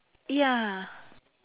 ya